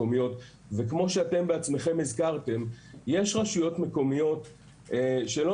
כמוש אתם בעצמכם הזכרתם יש רשויות מקומיות שלא